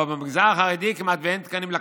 אבל במגזר החרדי כמעט ואין תקנים לקב"סים.